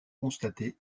constater